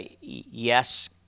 yes